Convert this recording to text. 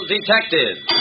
Detectives